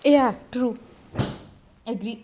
eh ya true agreed